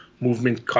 movement